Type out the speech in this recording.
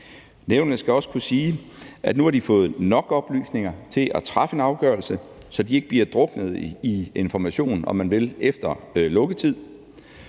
Nævnene skal også kunne sige, at nu har de fået nok oplysninger til at træffe en afgørelse, så de ikke bliver druknet i information, om man vil, efter lukketid.